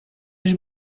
dos